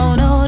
no